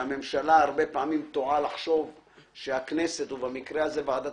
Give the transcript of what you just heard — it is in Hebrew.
שהממשלה הרבה פעמים טועה לחשוב שהכנסת ובמקרה הזה ועדת